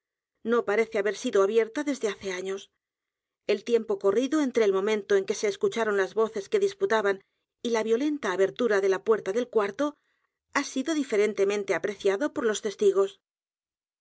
no parece haber sido abierta desde hace años el tiempo corrido entre el momentoen que se escucharon las voces que disputaban y l a violenta abertura de la puerta del cuarto ha sido diferentemente apreciado por los testigos